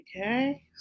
Okay